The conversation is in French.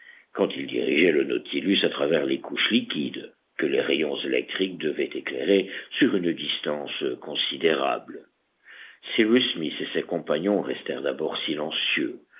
quand il dirigeait le nautilus à travers les couches liquides que les rayons électriques devaient éclairer sur une distance considérable cyrus smith et ses compagnons restèrent d'abord silencieux